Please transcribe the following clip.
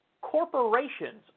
corporations